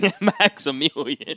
Maximilian